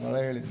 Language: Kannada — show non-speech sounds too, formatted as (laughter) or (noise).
(unintelligible)